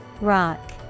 Rock